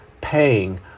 paying